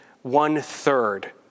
one-third